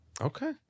Okay